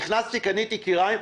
נכנסתי, קניתי כיריים.